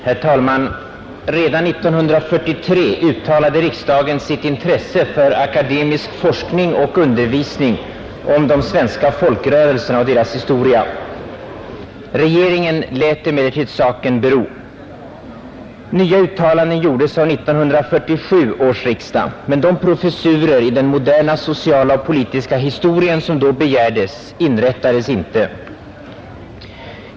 Herr talman! Redan 1943 uttalade riksdagen sitt intresse för akademisk forskning och undervisning om de svenska folkrörelserna och deras historia. Regeringen lät emellertid saken bero. Nya uttalanden gjordes av 1947 års riksdag, men de professurer i den moderna sociala och politiska historien, som då begärdes, inrättades inte.